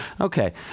Okay